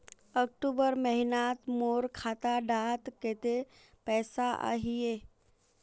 अक्टूबर महीनात मोर खाता डात कत्ते पैसा अहिये?